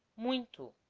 muito